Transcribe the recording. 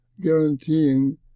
guaranteeing